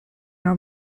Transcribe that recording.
are